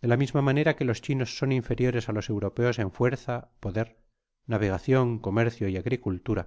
de la misma manera que los chinos son inferiores á los europeos en fuerza poder navegacion comercio y agricuu tora